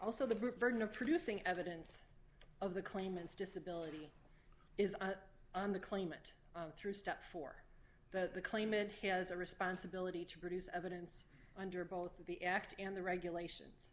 also the burden of producing evidence of the claimants disability is the claimant through step four that the claimant has a responsibility to produce evidence under both the act and the regulations